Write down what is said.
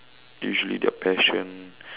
usually their passion